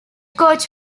coach